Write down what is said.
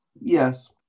Yes